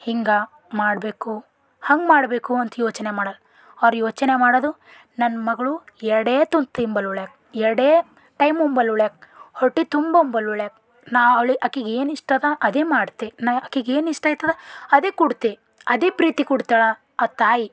ಹಿಂಗೆ ಮಾಡಬೇಕು ಹಂಗೆ ಮಾಡಬೇಕು ಅಂತ ಯೋಚನೆ ಮಾಡಲ್ಲ ಅವ್ರು ಯೋಚನೆ ಮಾಡೋದು ನನ್ನ ಮಗಳು ಎರಡೇ ತುತ್ತು ತಿಂಬಲು ಉಳ್ಯಾಕ ಎರಡೇ ಟೈಮ್ ಉಂಬಲು ಉಳ್ಯಾಕ ಹೊಟ್ಟೆ ತುಂಬ ಉಂಬಲು ಉಳ್ಯಾಕ ನಾ ಅವ್ಳ ಆಕಿಗೆ ಏನು ಇಷ್ಟದ ಅದೇ ಮಾಡ್ತೆ ನಾ ಆಕಿಗೆ ಏನು ಇಷ್ಟ ಆಯ್ತದೆ ಅದೇ ಕೊಡ್ತೆ ಅದೇ ಪ್ರೀತಿ ಕೊಡ್ತ್ಯಾಳ ಆ ತಾಯಿ